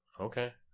Okay